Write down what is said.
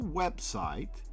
website